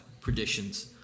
Predictions